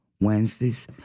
Wednesdays